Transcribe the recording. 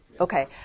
Okay